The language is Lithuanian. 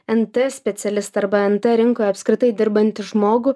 nt specialistą arba nt rinkoje apskritai dirbantį žmogų